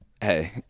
hey